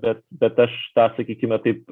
bet bet aš ta sakykime taip